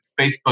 Facebook